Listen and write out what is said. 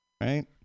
right